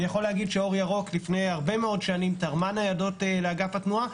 אור ירוק לפני הרבה מאוד שנים תרמה ניידות לאגף התנועה,